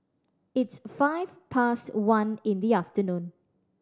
its five past one in the afternoon